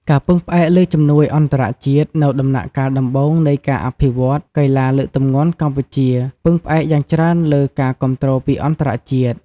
ការពឹងផ្អែកលើជំនួយអន្តរជាតិ នៅដំណាក់កាលដំបូងនៃការអភិវឌ្ឍន៍ កីឡាលើកទម្ងន់កម្ពុជាពឹងផ្អែកយ៉ាងច្រើនលើ ការគាំទ្រពីអន្តរជាតិ។